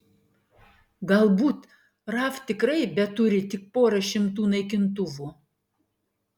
galbūt raf tikrai beturi tik porą šimtų naikintuvų